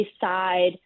side